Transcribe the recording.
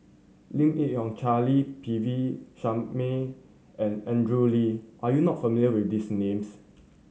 Lim Yi Yong Charle P V Sharma and Andrew Lee are you not familiar with these names